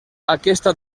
aquesta